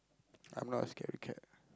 I'm not a scary cat